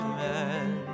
men